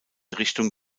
richtung